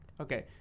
Okay